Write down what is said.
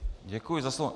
Děkuji za slovo.